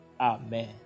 Amen